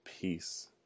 peace